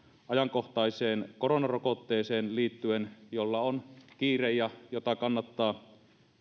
ajankohtaiseen koronarokotteeseen liittyen jolla on kiire ja jota kannattaa